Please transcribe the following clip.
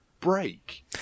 break